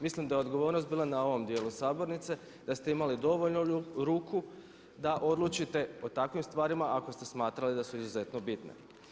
Mislim da je odgovornost bila na ovom dijelu sabornice, da ste imali dovoljno ruku da odlučite o takvim stvarima ako ste smatrali da su izuzetno bitne.